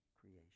creation